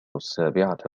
السابعة